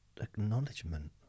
acknowledgement